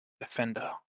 Defender